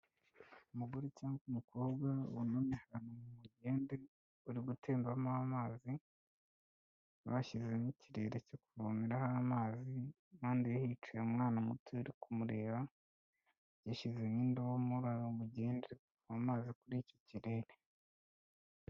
Umugore cyangwa umukobwa bamenyekana mu mugende uri gutembamo amazi bashyizemo ikirere cyo kuvomeraho amazi kandi, hicaye umwana muto ari kumureba gishyize nk indo murara mugende amazi kuri iki kirere.